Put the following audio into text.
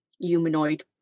humanoid